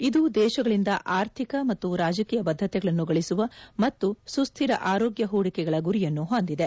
ಇದು ದೇಶಗಳಿಂದ ಆರ್ಥಿಕ ಮತ್ತು ರಾಜಕೀಯ ಬದ್ದತೆಗಳನ್ನು ಗಳಿಸುವ ಮತ್ತು ಸುಸ್ಥಿರ ಆರೋಗ್ಯ ಹೂಡಿಕೆಗಳ ಗುರಿಯನ್ನು ಹೊಂದಿದೆ